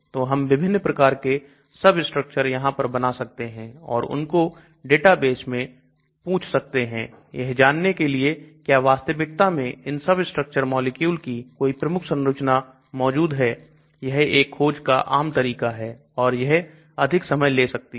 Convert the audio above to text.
तो हम विभिन्न प्रकार के सबस्ट्रक्चर यहां पर बना सकते हैं और उनको डेटाबेस में पूछ सकते हैं यह जानने के लिए क्या वास्तविकता में इन सब स्ट्रक्चर मॉलिक्यूल की कोई प्रमुख संरचना मौजूद है यह एक खोज का आम तरीका है और यह अधिक समय ले सकती है